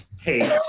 hate